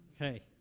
Okay